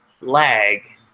lag